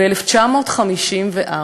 ב-1954,